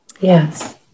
Yes